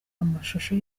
amashusho